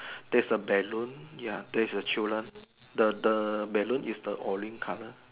there's a balloon ya there's a children the the balloon is the orange colour